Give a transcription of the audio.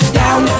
down